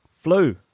Flu